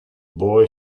boy